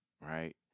right